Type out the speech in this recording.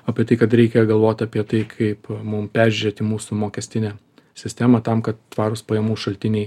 apie tai kad reikia galvot apie tai kaip mum peržiūrėti mūsų mokestinę sistemą tam kad tvarūs pajamų šaltiniai